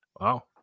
Wow